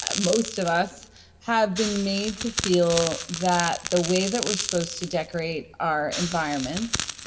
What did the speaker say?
ah most of us have been made to feel that the way that we're supposed to decorate our environments,